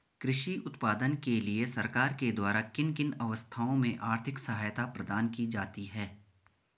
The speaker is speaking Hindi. कृषि उत्पादन के लिए सरकार के द्वारा किन किन अवस्थाओं में आर्थिक सहायता प्रदान की जाती है?